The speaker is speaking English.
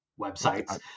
websites